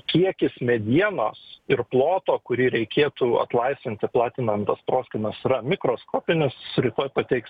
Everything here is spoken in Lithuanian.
kiekis medienos ir ploto kurį reikėtų atlaisvinti platinant tos proskynos yra mikroskopinis rytoj pateiks